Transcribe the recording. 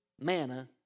manna